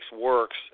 works